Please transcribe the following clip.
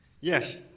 Yes